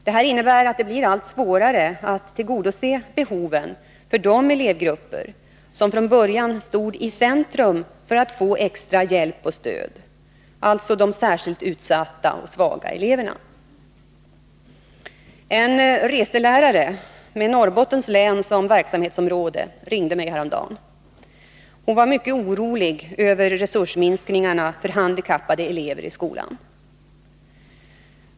Det här innebär att det blir allt svårare att tillgodose behoven för de elevgrupper som från början stod i centrum för att få extra hjälp och stöd, dvs. de särskilt utsatta och svaga eleverna. En reseledare med Norrbottens län som verksamhetsområde ringde mig häromdagen. Hon var mycket orolig för resursminskningarna för handikappade elever i skolan.